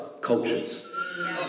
cultures